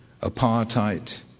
apartheid